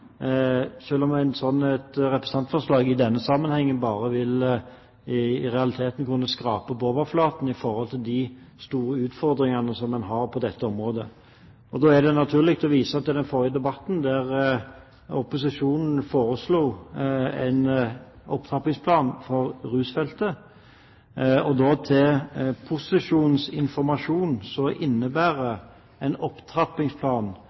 om et representantforslag i denne sammenhengen i realiteten bare vil kunne skrape på overflaten i forhold til de store utfordringene man har på dette området. Da er det naturlig å vise til debatten i forrige sak, der opposisjonen foreslo en opptrappingsplan for rusfeltet. Til informasjon for posisjonen innebærer en opptrappingsplan